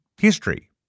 history